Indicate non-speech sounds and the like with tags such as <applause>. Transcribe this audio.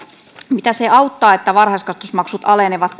mitä se auttaa että varhaiskasvatusmaksut alenevat <unintelligible>